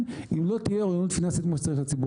אם לא תהיה אוריינות פיננסית כמו שצריך לציבור.